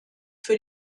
für